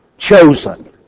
chosen